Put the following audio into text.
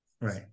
Right